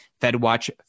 FedWatch